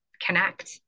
connect